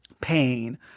Pain